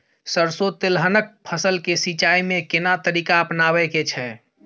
सरसो तेलहनक फसल के सिंचाई में केना तरीका अपनाबे के छै?